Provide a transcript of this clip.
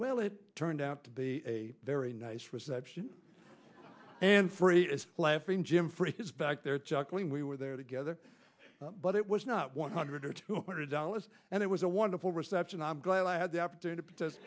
well it turned out to be a very nice reception and free is laughing jim for his back there chuckling we were there together but it was not one hundred or two hundred dollars and it was a wonderful reception i'm glad i had the opportunity